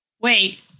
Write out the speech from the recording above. Wait